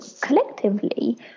collectively